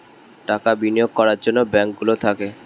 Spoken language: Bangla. টাকা বিনিয়োগ করার জন্যে ব্যাঙ্ক গুলো থাকে